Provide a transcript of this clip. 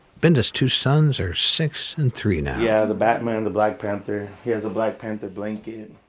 binda's two sons are six and three now. yeah, the batman, the black panther, he has a black panther blanket,